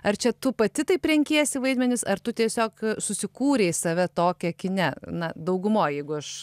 ar čia tu pati taip renkiesi vaidmenis ar tu tiesiog susikūrei save tokią kine na daugumoj jeigu aš